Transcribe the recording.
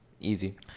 Easy